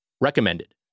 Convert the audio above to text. recommended